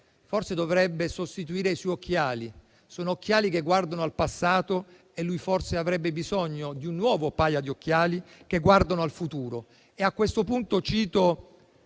forse dovrebbe sostituire i suoi occhiali, che guardano al passato, mentre avrebbe bisogno di un nuovo paio di occhiali, che guardano al futuro.